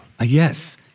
Yes